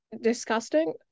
disgusting